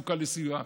שזקוקה לסיוע.